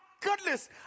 goodness